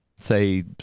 say